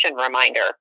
reminder